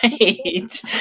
Right